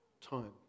time